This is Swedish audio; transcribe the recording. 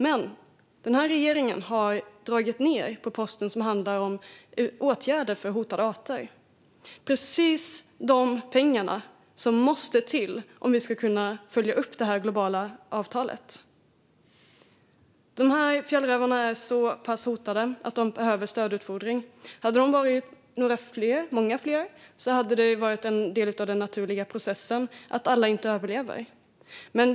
Men den här regeringen har dragit ned på posten som handlar om åtgärder för hotade arter, precis de pengar som måste till om vi ska kunna uppfylla det globala avtalet. Fjällrävarna är så pass hotade att de behöver stödutfodring. Hade de varit många fler hade det varit en del av den naturliga processen att inte alla överlever.